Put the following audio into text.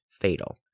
fatal